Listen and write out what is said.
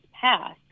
passed